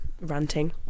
ranting